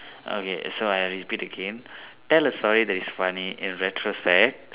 okay so I repeat again tell a story that is funny in retrospect